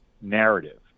narrative